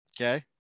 okay